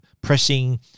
pressing